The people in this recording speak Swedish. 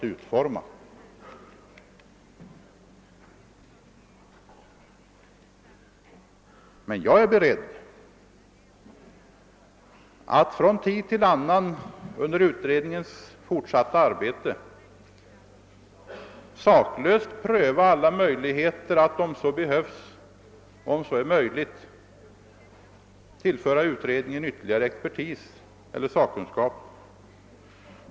Men jag är beredd att från tid till annan under utredningens fortsatta arbete förutsättningslöst pröva alla möjligheter att tillföra utredningen ytterligare sakkunskap.